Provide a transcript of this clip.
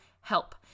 help